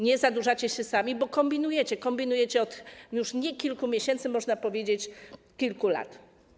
Nie zadłużacie się sami, bo kombinujecie, kombinujecie już nie od kilku miesięcy, można powiedzieć, że od kilku lat.